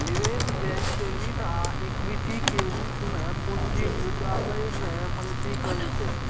निवेश बैंक ऋण आ इक्विटी के रूप मे पूंजी जुटाबै मे मदति करै छै